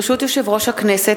ברשות יושב-ראש הכנסת,